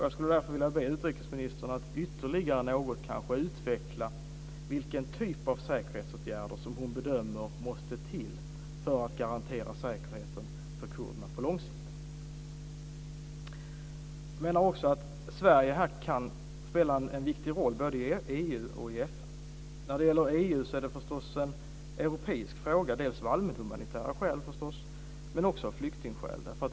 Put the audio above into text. Jag skulle därför vilja be utrikesministern att ytterligare något utveckla vilken typ av säkerhetsåtgärder som hon bedömer måste till för att garantera säkerheten för kurderna på lång sikt. Jag menar också att Sverige här kan spela en viktig roll, både i EU och i FN. När det gäller EU är detta förstås en europeisk fråga, delvis av allmänhumanitära skäl men också av flyktingskäl.